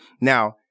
Now